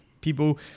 people